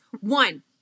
One